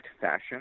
fashion